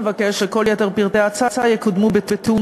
נבקש שכל יתר פרטי ההצעה יקודמו בתיאום